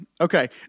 Okay